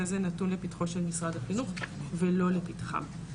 הזה נתון לפתחו של משרד החינוך ולא לפתחם.